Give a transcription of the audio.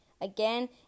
again